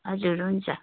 हजुर हुन्छ